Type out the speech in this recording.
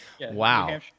Wow